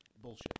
bullshit